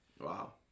Wow